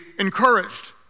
Encouraged